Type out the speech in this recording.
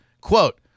Quote